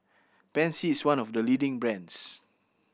pansy is one of the leading brands